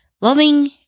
Loving